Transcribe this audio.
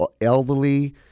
elderly